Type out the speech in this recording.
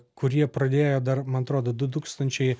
kurie pradėjo dar man atrodo du tūkstančiai